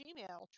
Gmail